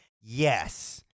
Yes